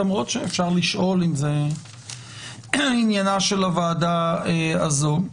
למרות שאפשר לשאול אם זה עניינה של הוועדה הזו.